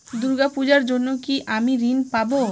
দূর্গা পূজার জন্য কি আমি ঋণ পাবো?